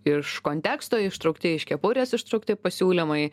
iš konteksto ištraukti iš kepurės ištraukti pasiūlymai